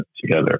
together